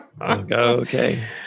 Okay